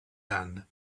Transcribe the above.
done